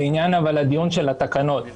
אבל לעניין הדיון של התקנות.